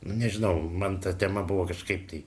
nu nežinau man ta tema buvo kažkaip tai